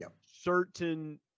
certain